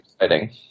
exciting